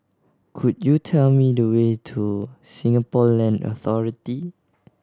could you tell me the way to Singapore Land Authority